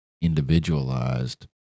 individualized